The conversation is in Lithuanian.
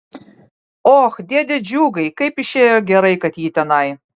och dėde džiugai kaip išėjo gerai kad ji tenai